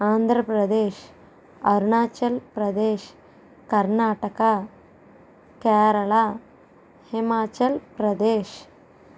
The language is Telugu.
ఆంధ్రప్రదేశ్ అరుణాచల్ ప్రదేశ్ కర్ణాటక కేరళ హిమాచల్ ప్రదేశ్